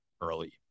early